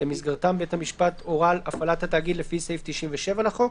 במסגרתם בית המשפט הורה על הפעלת התאגיד לפי סעיף 97 לחוק,